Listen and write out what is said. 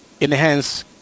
enhance